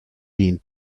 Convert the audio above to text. been